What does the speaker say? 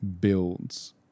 builds